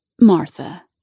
Martha